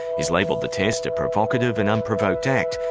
he's labelled the test a provocative and unprovoked act.